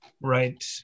right